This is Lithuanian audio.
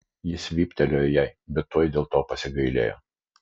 jis vyptelėjo jai bet tuoj dėl to pasigailėjo